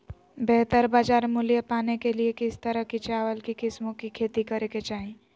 बेहतर बाजार मूल्य पाने के लिए किस तरह की चावल की किस्मों की खेती करे के चाहि?